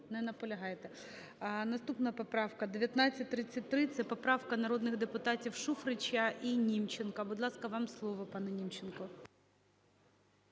Не наполягаєте. Наступна поправка 1933. Це поправка народних депутатів Шуфрича і Німченко. Будь ласка, вам слово пане Німченко.